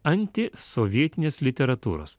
antisovietinės literatūros